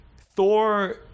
Thor